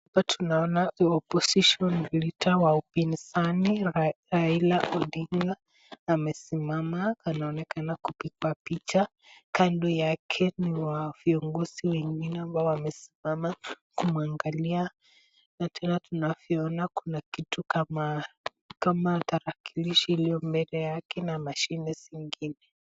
Hapa tunaona The Opposition Leader wa upinzani Raila Odinga amesimama anaonekana kubeba picha kando yake, ni viongozi wengine ambao wamesimama kumuangalia na tena tunavyoona kuna kitu kama tarakilishi iliyo mbele yake na mashine zingine.